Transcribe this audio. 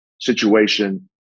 situation